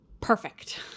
Perfect